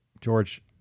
George